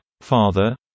father